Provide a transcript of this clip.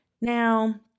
Now